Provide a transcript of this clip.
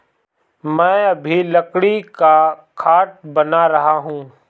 मैं अभी लकड़ी का खाट बना रहा हूं